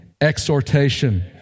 Exhortation